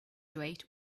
graduate